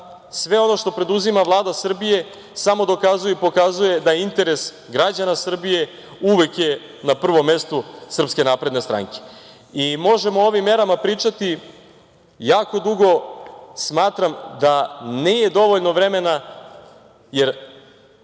sve ono što preduzima Vlada Srbije samo dokazuje i pokazuje da je interes građana Srbije uvek na prvom mestu SNS.Možemo o ovim merama pričati jako dugo. Smatram da nije dovoljno vremena, jer